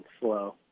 slow